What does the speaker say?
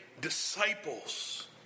disciples